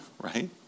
right